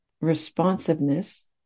responsiveness